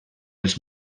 els